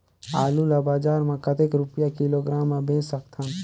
आलू ला बजार मां कतेक रुपिया किलोग्राम म बेच सकथन?